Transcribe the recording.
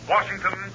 Washington